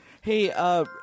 Hey